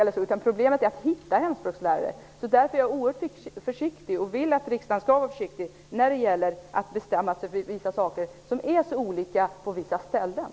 Problemet är i stället att hitta hemspråkslärare. Därför är jag mycket försiktig, och vill också att riksdagen skall vara mycket försiktig, när det gäller att bestämma sig för saker som är så olika på olika ställen.